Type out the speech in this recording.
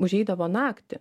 užeidavo naktį